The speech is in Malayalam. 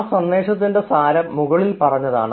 ആ സന്ദേശത്തിൻറെ സാരം മുകളിൽ പറഞ്ഞതാണ്